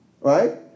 Right